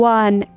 one